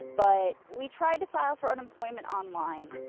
but we tried to file for unemployment online.